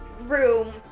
room